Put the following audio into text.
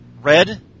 red